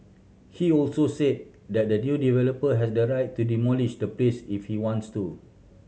he also said that the new developer has the right to demolish the place if he wants to